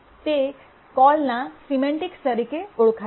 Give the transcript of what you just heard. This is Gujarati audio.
તે કોલના સિમૅન્ટિકસ તરીકે ઓળખાય છે